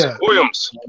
Williams